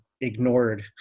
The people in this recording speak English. ignored